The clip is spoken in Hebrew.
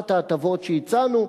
אחת ההטבות שהצענו,